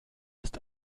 ist